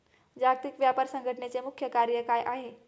जागतिक व्यापार संघटचे मुख्य कार्य काय आहे?